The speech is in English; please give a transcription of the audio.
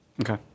Okay